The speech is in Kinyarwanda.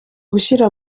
gushyira